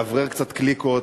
לאוורר קצת קליקות,